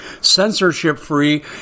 censorship-free